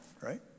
right